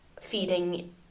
feeding